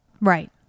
Right